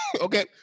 okay